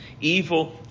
Evil